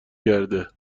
کرده